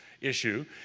issue